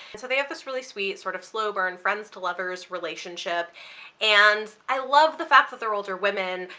so they have this really sweet sort of slow burn, friends to lovers relationship and i love the fact that they're older women,